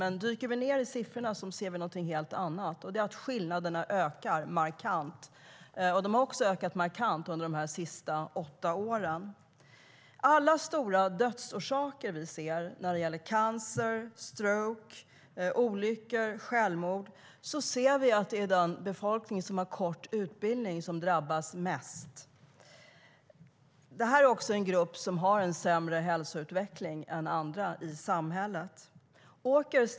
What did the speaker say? Men när vi dyker ned i siffrorna ser vi någonting helt annat, och det är att skillnaderna ökar markant. De har ökat markant under de senaste åtta åren. När det gäller alla stora dödsorsaker - cancer, stroke, olyckor, självmord - är det den del av befolkningen som har kort utbildning som drabbas mest. Det här är också en grupp som har en sämre hälsoutveckling än andra i samhället.